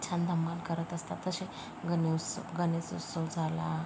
छान धमाल करत असतात तसे गनोस्स गणेश उस्सव झाला